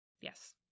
Yes